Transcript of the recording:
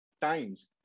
times